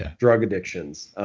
yeah drug addictions,